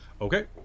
okay